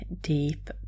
deep